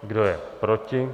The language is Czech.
Kdo je proti?